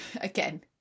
again